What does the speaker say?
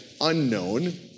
unknown